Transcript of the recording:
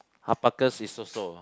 alpacas is also